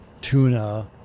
tuna